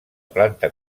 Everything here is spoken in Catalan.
planta